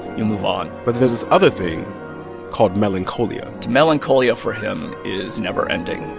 you move on but there's this other thing called melancholia melancholia for him is never-ending.